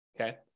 okay